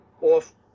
off